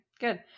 good